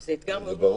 זה אתגר מאוד גדול.